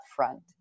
upfront